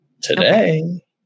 today